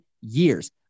years